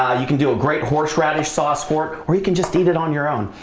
ah you can do a great horseradish sauce sport where you can just eat it on your own.